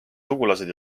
sugulased